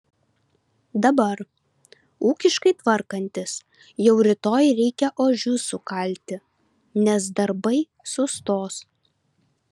dabar ūkiškai tvarkantis jau rytoj reikia ožius sukalti nes darbai sustos